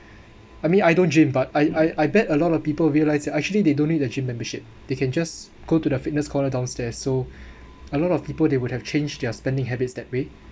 I mean I don't gym but I I I bet a lot of people realize that actually they don't need the gym membership they can just go to the fitness corner downstairs so a lot of people they would have changed their spending habits that way